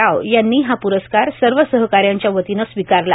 राव यांनी हा प्रस्कार सर्व सहकाऱ्यांच्यावतीने स्वीकारला